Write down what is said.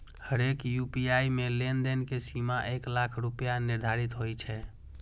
हरेक यू.पी.आई मे लेनदेन के सीमा एक लाख रुपैया निर्धारित होइ छै